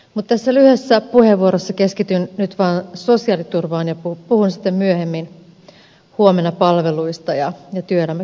mutta tässä lyhyessä puheenvuorossa keskityn nyt vain sosiaaliturvaan ja puhun sitten myöhemmin huomenna palveluista ja työelämäkysymyksistä